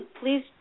please